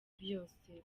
byose